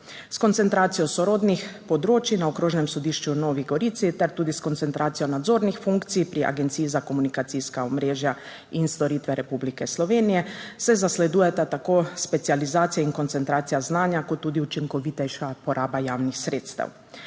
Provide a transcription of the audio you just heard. S koncentracijo sorodnih področij na Okrožnem sodišču v Novi Gorici ter tudi s koncentracijo nadzornih funkcij pri Agenciji za komunikacijska omrežja in storitve Republike Slovenije se zasledujeta tako specializacije in koncentracija znanja, kot tudi učinkovitejša poraba javnih sredstev.